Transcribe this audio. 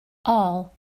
all